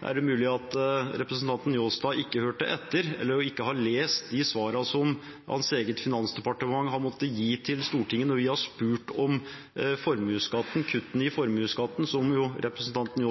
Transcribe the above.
Det er mulig at representanten Njåstad ikke hørte etter eller ikke har lest de svarene som hans eget finansdepartement har måttet gi til Stortinget når vi har spurt om kuttene i formuesskatten, som jo representanten